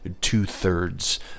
two-thirds